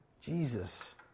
Jesus